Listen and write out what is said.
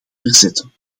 verzetten